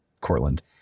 Cortland